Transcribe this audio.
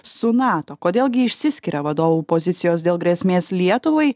su nato kodėl gi išsiskiria vadovų pozicijos dėl grėsmės lietuvai